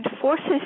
forces